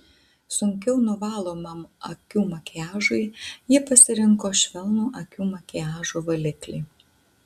sunkiau nuvalomam akių makiažui ji pasirinko švelnų akių makiažo valiklį